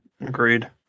Agreed